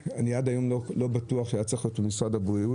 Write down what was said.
עד היום אני לא בטוח שהמרב"ד היה צריך להיות במשרד הבריאות,